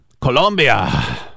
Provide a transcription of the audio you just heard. Colombia